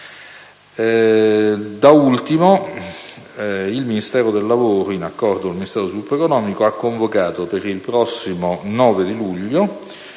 Da ultimo, il Ministero del lavoro, in accordo con il Ministero dello sviluppo economico, ha convocato per il prossimo 9 luglio